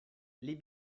les